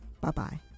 Bye-bye